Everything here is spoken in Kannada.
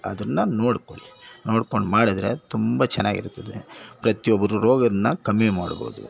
ಅದನ್ನು ನೋಡ್ಕೊಳ್ಳಿ ನೋಡ್ಕೊಂಡು ಮಾಡಿದ್ರೆ ತುಂಬ ಚೆನ್ನಾಗಿ ಇರ್ತದೆ ಪ್ರತಿಯೊಬ್ಬರು ರೋಗನ ಕಮ್ಮಿ ಮಾಡ್ಬೌದು